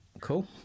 cool